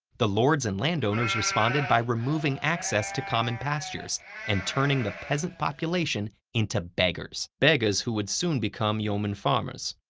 the lords and landowners responded by removing access to common pastures and turning the peasant population into beggars. defense beggars who would soon become yeomen farmers.